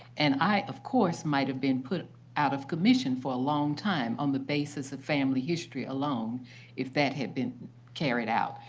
and i, of course, might have been put out of commission for a long time on the basis of family history alone if that had been carried out.